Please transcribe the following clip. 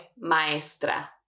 maestra